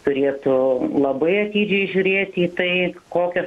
turėtų labai atidžiai žiūrėti į tai kokias